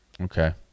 Okay